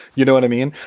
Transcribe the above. you know what i mean?